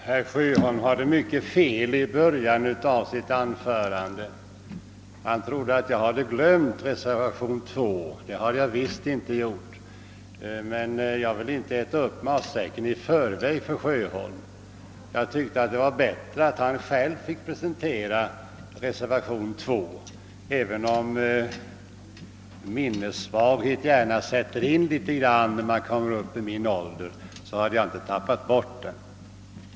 Herr talman! Herr Sjöholm begick ett feli början av sitt anförande. Han trodde att jag hade glömt reservationen 2 men det har jag visst inte gjort. Jag ville emellertid inte äta upp matsäcken för herr Sjöholm utan tyckte det var bättre att han själv fick presentera reservation 2. Även om minessvaghet sätter in något när man kommer upp i min ålder hade jag inte glömt bort reservation 2.